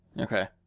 Okay